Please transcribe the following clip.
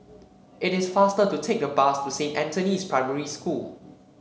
it is faster to take the bus to Saint Anthony's Primary School